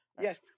Yes